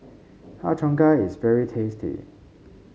Har Cheong Gai is very tasty